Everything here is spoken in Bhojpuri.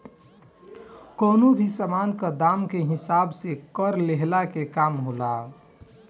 कवनो भी सामान कअ दाम के हिसाब से कर लेहला के काम होला